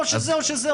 זה או שזה או שזה.